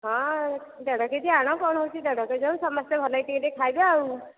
ହଁ ଦେଢ଼ K G ଆଣ କ'ଣ ହେଉଛି ଦେଢ଼ କେ ଜି ହେଉ ସମସ୍ତେ ଭଲକି ଟିକିଏ ଟିକିଏ ଖାଇଦେବା ଆଉ